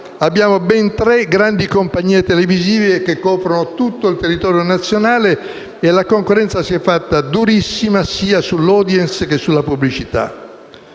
abbiamo ben tre grandi compagnie televisive che coprono tutto il territorio nazionale e la concorrenza si è fatta durissima sia sull'*audience*, che sulla pubblicità.